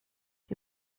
die